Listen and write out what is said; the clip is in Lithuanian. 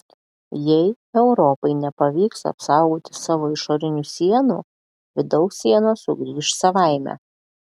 jei europai nepavyks apsaugoti savo išorinių sienų vidaus sienos sugrįš savaime